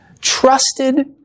Trusted